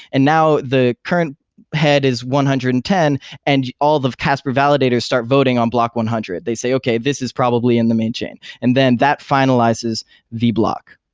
and now the current head is one hundred and ten and all the casper validators start voting on block one hundred. they say, okay. this is probably in the main chain, and then that finalizes the block.